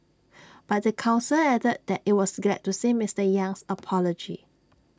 but the Council added that IT was glad to see Mister Yang's apology